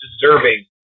deserving